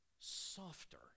softer